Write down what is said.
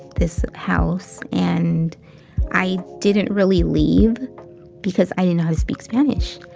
this house and i didn't really leave because i didn't know how to speak spanish.